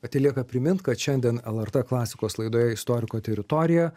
telieka primint kad šiandien lrt klasikos laidoje istoriko teritorija